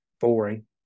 boring